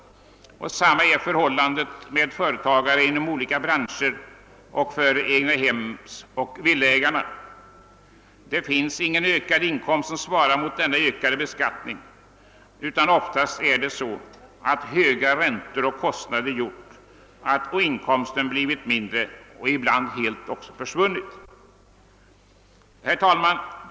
Samma är förhållandet med företagare inom olika branscher och för egnahemsoch villaägarna. Det finns ingen ökad inkomst som svarar mot denna ökade beskattning, utan oftast är det så att höga räntor och kostnader gjort, att inkomsten blivit mindre och ibland helt försvunnit. Herr talman!